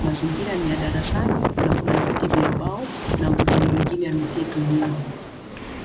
Mazingira ni ya darasani na kuna viti vya mbao, na mtoto mwingine ameketi nyuma.